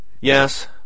Yes